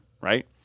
right